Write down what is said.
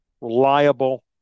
reliable